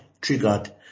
triggered